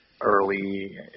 early